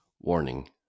Warning